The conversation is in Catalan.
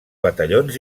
batallons